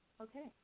Okay